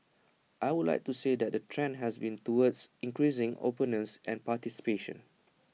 I would say that the trend has been towards increasing openness and participation